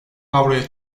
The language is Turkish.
avroya